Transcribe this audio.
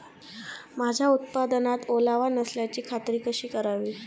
माझ्या उत्पादनात ओलावा नसल्याची खात्री कशी करावी?